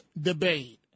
debate